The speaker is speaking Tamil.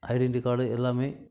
ஐடின்ட்டி கார்டு எல்லாமே